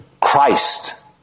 Christ